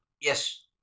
yes